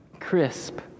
Crisp